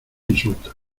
insulta